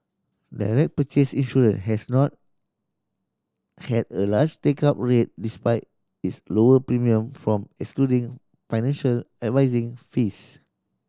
direct purchase insurance has not had a large take up rate despite its lower premium from excluding financial advising fees